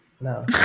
no